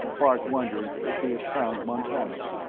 bart wondered if they had found montano.